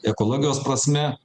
ekologijos prasme